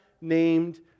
named